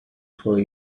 for